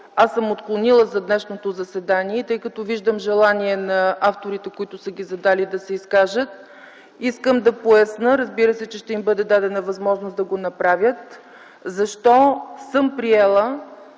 аз съм отклонила за днешното заседание и тъй като виждам желание на авторите, които са ги задали да се изкажат, искам да поясня – разбира се, че ще им бъде дадена възможност да го направят. Защо съм приела,